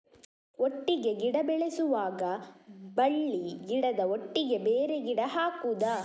ಒಟ್ಟಿಗೆ ಗಿಡ ಬೆಳೆಸುವಾಗ ಬಳ್ಳಿ ಗಿಡದ ಒಟ್ಟಿಗೆ ಬೇರೆ ಗಿಡ ಹಾಕುದ?